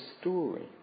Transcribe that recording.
story